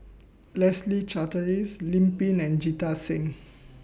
Leslie Charteris Lim Pin and Jita Singh